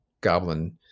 Goblin